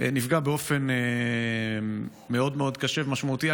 נפגע באופן מאוד מאוד קשה ומשמעותי.